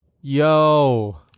Yo